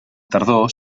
tardor